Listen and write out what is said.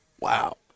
wow